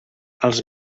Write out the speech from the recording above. els